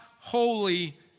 Holy